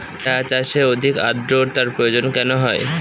চা চাষে অধিক আদ্রর্তার প্রয়োজন কেন হয়?